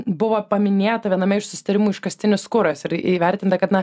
buvo paminėta viename iš susitarimų iškastinis kuras ir įvertinta kad na